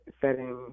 setting